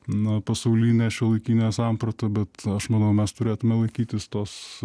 na pasaulinė šiuolaikinė samprata bet aš manau mes turėtume laikytis tos